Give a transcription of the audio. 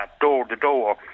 door-to-door